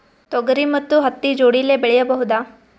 ತೊಗರಿ ಮತ್ತು ಹತ್ತಿ ಜೋಡಿಲೇ ಬೆಳೆಯಬಹುದಾ?